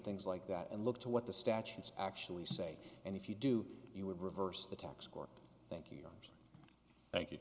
things like that and look to what the statutes actually say and if you do you would reverse the tax court thank you thank you